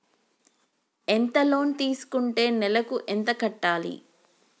ఎంత లోన్ తీసుకుంటే నెలకు ఎంత కట్టాలి?